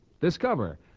Discover